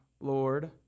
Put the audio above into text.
Lord